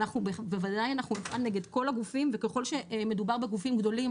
בוודאי אנחנו נפעל נגד כל הגופים וככל שמדובר בגופים גדולים